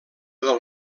del